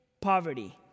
poverty